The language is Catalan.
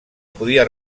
podia